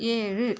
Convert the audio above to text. ഏഴ്